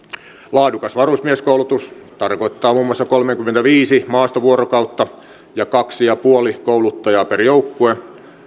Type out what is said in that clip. laadukas varusmieskoulutus tarkoittaa muun muassa kolmekymmentäviisi maastovuorokautta ja kaksi pilkku viisi kouluttajaa per joukkue